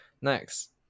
Next